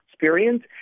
experience